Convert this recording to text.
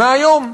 מהיום.